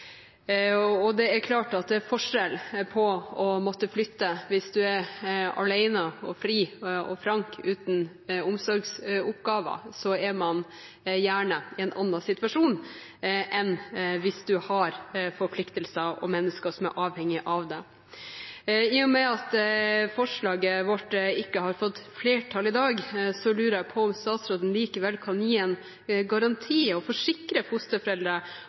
Det er klart at det er forskjell på å måtte flytte. Hvis man er alene og fri og frank uten omsorgsoppgaver, er man gjerne i en annen situasjon enn om en har forpliktelser og mennesker som er avhengige av en. I og med at forslaget vårt ikke får flertall i dag, lurer jeg på om statsråden likevel kan gi en garanti og forsikre fosterforeldre